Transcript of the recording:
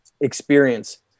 experience